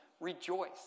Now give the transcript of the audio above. rejoice